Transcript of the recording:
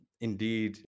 indeed